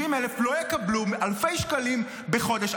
70,000, לא יקבלו אלפי שקלים בחודש.